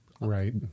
right